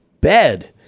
bed